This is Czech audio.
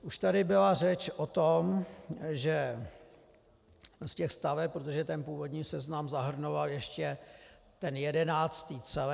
Už tady byla řeč o tom, že z těch staveb, protože původní seznam zahrnoval ještě ten 11. celek.